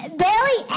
barely